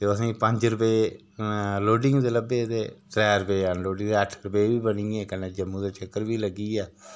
ते असें गी पंज रपेऽ लोडिंग दे लब्भे ते त्रैऽ रपेऽ अनलोडिंग दे अट्ठ रपेऽ बी बनिये ते कन्नै जम्मू दा चक्कर बी लग्गिया